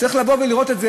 צריך לבוא ולראות את זה.